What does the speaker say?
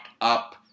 up